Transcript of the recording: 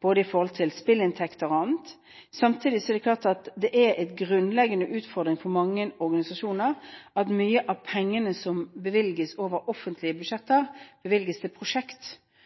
både med hensyn til spilleinntekter og annet. Samtidig er det en grunnleggende utfordring for mange organisasjoner at mange av pengene som bevilges over offentlige budsjetter, bevilges til prosjekter og ikke til grunnfinansiering. I Sundvollen-plattformen er det